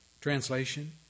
Translation